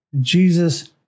Jesus